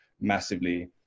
massively